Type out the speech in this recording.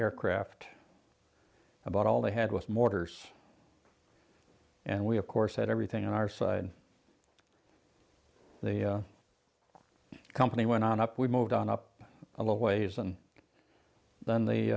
aircraft about all they had with mortars and we of course had everything on our side the company went on up we moved on up a little ways and then